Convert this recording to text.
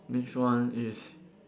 next one is